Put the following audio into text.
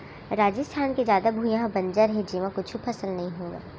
राजिस्थान के जादा भुइयां ह बंजर हे जेमा कुछु फसल नइ होवय